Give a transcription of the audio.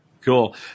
Cool